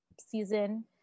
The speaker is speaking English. season